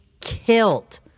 killed